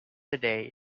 today